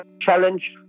challenge